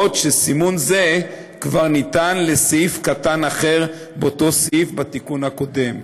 אף שסימון זה כבר ניתן לסעיף קטן אחר באותו סעיף בתיקון הקודם.